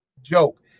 joke